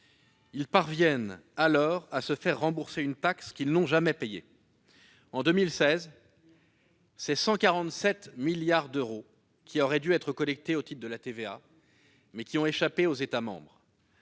Ils parviennent alors à se faire rembourser une taxe qu'ils n'ont jamais payée. En 2016, ce sont 147 milliards d'euros qui auraient dû être collectés au titre de la TVA, mais qui ont échappé aux États membres.